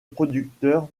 producteur